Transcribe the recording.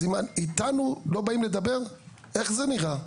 אז איתנו לא באים לדבר איך זה נראה?